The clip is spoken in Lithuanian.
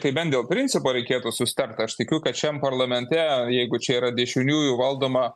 tai bent dėl principo reikėtų susitart aš tikiu kad šiam parlamente jeigu čia yra dešiniųjų valdoma